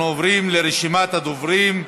אנחנו עוברים לרשימת הדוברים.